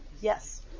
Yes